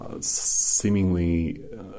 seemingly